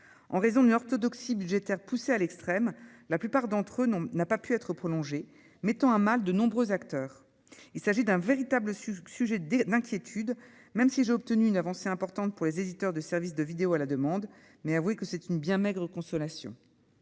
en raison de l'orthodoxie budgétaire, poussé à l'extrême, la plupart d'entre eux n'ont n'a pas pu être prolongée, mettant à mal de nombreux acteurs, il s'agit d'un véritable sur sujet d'inquiétude, même si j'ai obtenu une avancée importante pour les éditeurs de services de vidéo à la demande, mais avouez que c'est une bien maigre consolation,